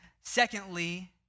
secondly